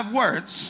words